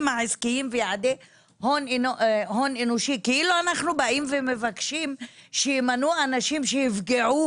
העסקיים ויעדי הון אנושי כאילו אנו מבקשים שימנו אנשים שיפגעו